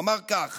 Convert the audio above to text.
הוא אמר כך